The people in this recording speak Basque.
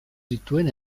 dituen